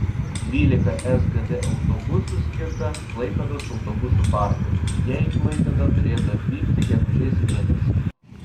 dvylika sgd autobusų skirta klaipėdos autobusų parkui jie į klaipėdą turėtų atvykti gegužės mėnesį